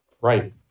Right